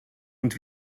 und